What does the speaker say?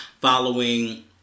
Following